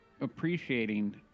appreciating